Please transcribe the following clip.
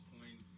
point